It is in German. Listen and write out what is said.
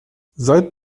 seit